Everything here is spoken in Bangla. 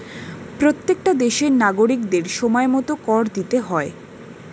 প্রত্যেকটা দেশের নাগরিকদের সময়মতো কর দিতে হয়